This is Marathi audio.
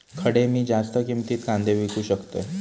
खडे मी जास्त किमतीत कांदे विकू शकतय?